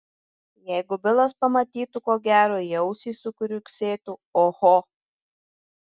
jeigu bilas pamatytų ko gero į ausį sukriuksėtų oho